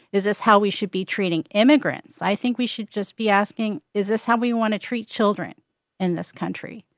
is this how we should be treating immigrants? i think we should just be asking, is this how we want to treat children in this country?